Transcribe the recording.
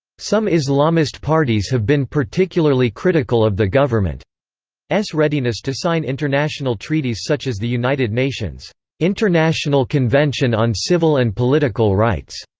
some islamist parties have been particularly critical of the government's readiness to sign international treaties such as the united nations' international convention on civil and political rights.